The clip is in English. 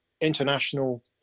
international